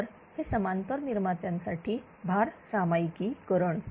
तर हे समांतर निर्मात्यांसाठी भार सामायिकरण